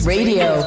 Radio